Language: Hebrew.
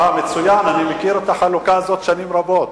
אה, מצוין, אני מכיר את החלוקה הזאת שנים רבות.